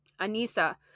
Anissa